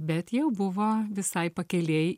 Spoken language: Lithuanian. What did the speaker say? bet jau buvo visai pakelėj